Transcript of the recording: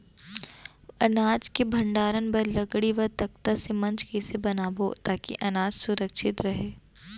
अनाज के भण्डारण बर लकड़ी व तख्ता से मंच कैसे बनाबो ताकि अनाज सुरक्षित रहे?